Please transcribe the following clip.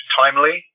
timely